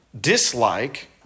dislike